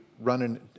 Running